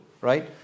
right